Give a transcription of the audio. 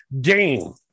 game